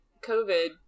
COVID